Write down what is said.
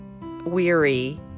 weary